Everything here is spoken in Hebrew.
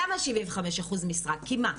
למה 75% משרה, כי מה?